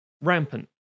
Rampant